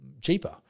cheaper